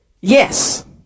Yes